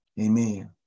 Amen